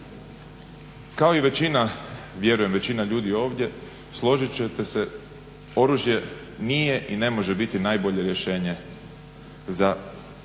Kao i većina, vjerujem većina ljudi ovdje, složit ćete se oružje nije i ne može biti najbolje rješenje za rješavanje